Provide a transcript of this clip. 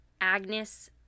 Agnes